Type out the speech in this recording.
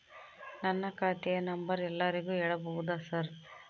ನನ್ನ ಖಾತೆಯ ನಂಬರ್ ಎಲ್ಲರಿಗೂ ಹೇಳಬಹುದಾ ಸರ್?